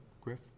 Griff